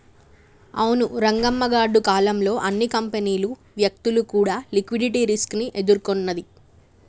అవును రంగమ్మ గాడ్డు కాలం లో అన్ని కంపెనీలు వ్యక్తులు కూడా లిక్విడిటీ రిస్క్ ని ఎదుర్కొన్నది